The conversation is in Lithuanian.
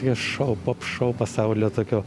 viešou popšou pasaulyje tokio